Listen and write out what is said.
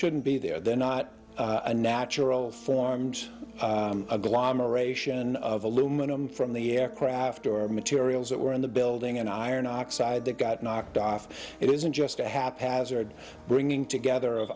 shouldn't be there they're not a natural form agglomeration of aluminum from the aircraft or materials that were in the building and iron oxide that got knocked off it isn't just a haphazard bringing together of